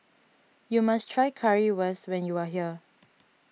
you must try Currywurst when you are here